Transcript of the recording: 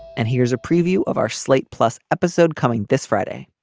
and here's a preview of our slate plus episode coming this friday.